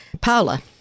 Paula